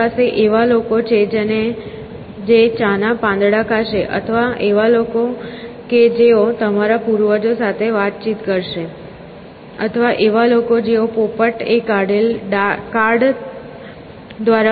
તમારી પાસે એવા લોકો છે જે ચાના પાંદડા ખાશે અથવા એવા લોકો કે જેઓ તમારા પૂર્વજો સાથે વાતચીત કરશે અથવા એવા લોકો કે જેઓ પોપટ એ કાઢેલ કાર્ડ દ્વારા પોતાની ભવિષ્યવાણી કરાવે છે